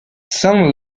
summer